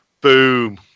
Boom